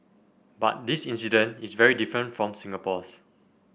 but this incident is very different from Singapore's